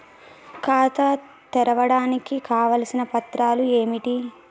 ఖాతా తెరవడానికి కావలసిన పత్రాలు ఏమిటి?